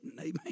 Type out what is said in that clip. amen